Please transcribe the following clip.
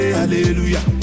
hallelujah